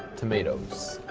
tomatoes,